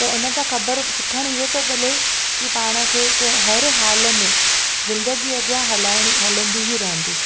त हिन सां ख़बर सिखण इहो थो मिले कि पाण खे कंहिं हर हाल में ज़िंदगी अॻियां हलाइणी हलंदी ई रहंदी